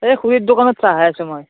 এই খুৰীৰ দোকানত চাহ খাই আছোঁ মই